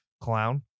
clown